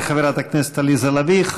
תודה לחברת הכנסת עליזה לביא.